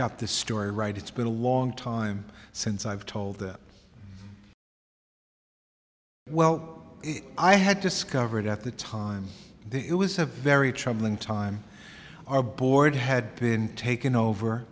got the story right it's been a long time since i've told well i had discovered at the time it was a very troubling time our board had been taken